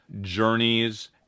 Journeys